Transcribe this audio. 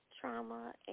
trauma